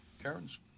Karen's